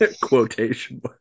Quotation